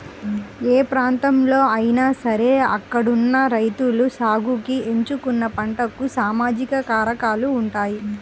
ఏ ప్రాంతంలో అయినా సరే అక్కడున్న రైతులు సాగుకి ఎంచుకున్న పంటలకు సామాజిక కారకాలు ఉంటాయి